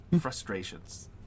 frustrations